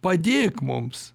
padėk mums